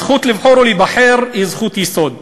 הזכות לבחור ולהיבחר היא זכות יסוד.